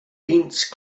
dense